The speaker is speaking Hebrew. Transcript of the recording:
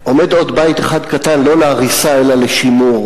עומד עוד בית אחד קטן, לא להריסה אלא לשימור,